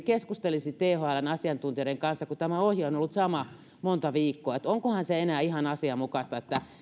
keskustelisi thln asiantuntijoiden kanssa koska tämä ohje on ollut sama monta viikkoa onkohan se enää ihan asianmukaista